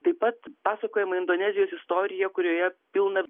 taip pat pasakojama indonezijos istorija kurioje pilna